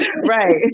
right